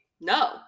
no